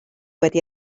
wedi